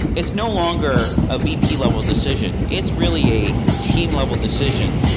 it's no longer a vp level decision. it's really a team level decision.